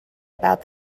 about